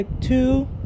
two